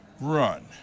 run